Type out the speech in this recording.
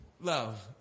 love